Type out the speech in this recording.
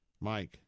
Mike